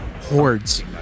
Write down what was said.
hordes